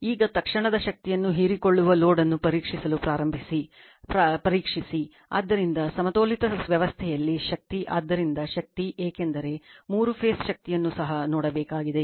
ಈಗ ತಕ್ಷಣದ ಶಕ್ತಿಯನ್ನು ಹೀರಿಕೊಳ್ಳುವ ಲೋಡ್ ಅನ್ನು ಪರೀಕ್ಷಿಸಲು ಪ್ರಾರಂಭಿಸಿ ಪರೀಕ್ಷಿಸಿ ಆದ್ದರಿಂದ ಸಮತೋಲಿತ ವ್ಯವಸ್ಥೆಯಲ್ಲಿ ಶಕ್ತಿ ಆದ್ದರಿಂದ ಶಕ್ತಿ ಏಕೆಂದರೆ ಮೂರು ಫೇಸ್ ಶಕ್ತಿಯನ್ನು ಸಹ ನೋಡಬೇಕಾಗಿದೆ